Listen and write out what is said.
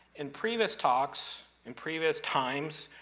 in previous talks, in previous times,